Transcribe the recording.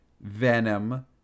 Venom